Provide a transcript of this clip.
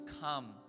come